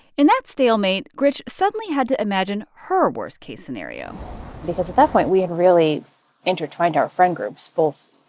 in that stalemate, grych suddenly had to imagine her worst-case scenario because at that point, we had really intertwined our friend groups, both,